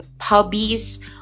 hobbies